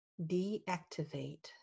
deactivate